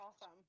awesome